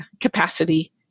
capacity